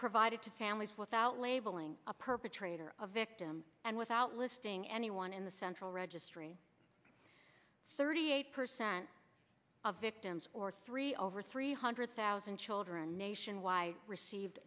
provided to families without labeling a perpetrator a victim and without listing anyone in the central registry thirty eight percent of victims or three over three hundred thousand children nationwide received